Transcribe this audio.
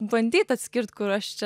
bandyt atskirt kur aš čia